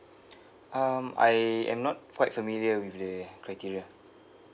um I am not quite familiar with the criteria